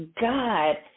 God